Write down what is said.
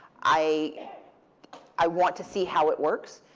i i want to see how it works.